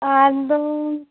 ᱟᱨ ᱫᱚ